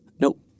Nope